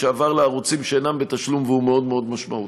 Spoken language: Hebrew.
שעבר לערוצים שאינם בתשלום והוא מאוד מאוד משמעותי.